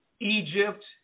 Egypt